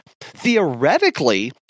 Theoretically